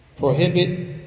Prohibit